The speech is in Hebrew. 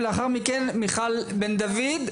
ולאחר מכן מיכל בן דוד.